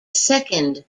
second